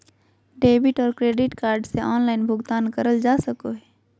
debit और credit card से online भुगतान करल जा सको हय